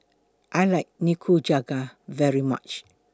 I like Nikujaga very much